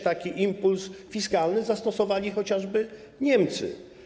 Taki impuls fiskalny zastosowali chociażby Niemcy.